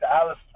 Alice